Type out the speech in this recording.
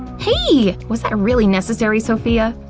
hey! was that really necessary, sophia?